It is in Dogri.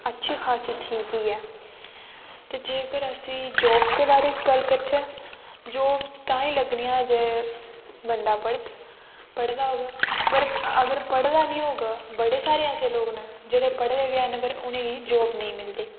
अच्छी खासी ठीक ई ऐ ते जेकर असीं जॉब्स दे बारे च गल्ल करचै जॉब्स ताहीं लग्गनी ऐ जे बंदा पढ़ग पढ़े दा होग पर अगर पढ़े दा निं होग बड़े सारे ऐसे लोक न जेह्ड़े पढ़े दे बी हैन पर उ'नें गी जॉब नेईं मिलदी